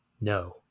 No